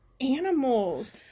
animals